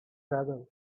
travel